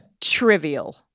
Trivial